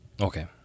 Okay